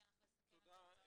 אני אתן לך לסכם את הדברים.